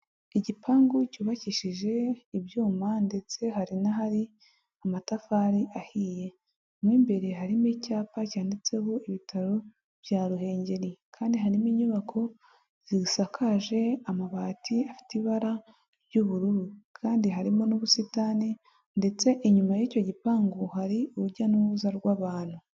Igipangu cyubakishije ibyuma ndetse hari n'ahari amatafari ahiye, mu imbere harimo icyapa cyanditseho ibitaro bya Ruhengeri, kandi harimo inyubako zisakaje amabati afite ibara ry'ubururu, kandi harimo n'ubusitani ndetse inyuma y'icyo gipangu hari urujya n'uruza rw'abantu.